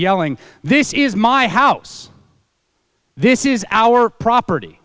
yelling this is my house this is our property